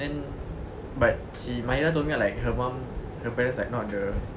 then but she mairah told me like her mum her parents not the